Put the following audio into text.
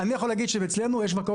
אני יכול להגיד שאצלנו יש מקום